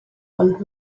ond